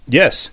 yes